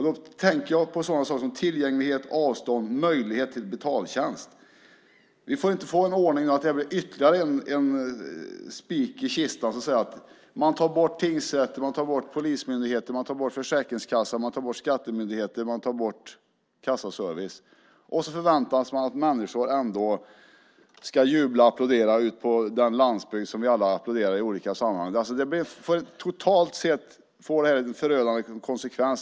Då tänker jag på sådana saker som tillgänglighet, avstånd och möjlighet till betaltjänst. Det får inte bli så att vi får en ordning som sätter ytterligare en spik i kistan. Man tar bort tingsrätten, man tar bort polismyndigheten, man tar bort Försäkringskassan, man tar bort skattemyndigheten och man tar bort Svensk Kassaservice. Ändå förväntar man sig att människor ska jubla och applådera ute på den landsbygd som vi alla applåderar i olika sammanhang. Totalt sett får det här förödande konsekvenser.